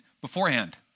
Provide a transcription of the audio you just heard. beforehand